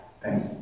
Thanks